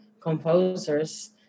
composers